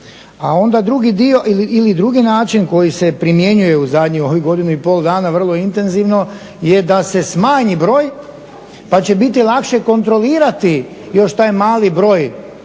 A onda drugi dio ili drugi način koji se primjenjuje u zadnjih ovih godinu i pol dana vrlo intenzivno je da se smanji broj pa će biti lakše kontrolirati još taj mali broj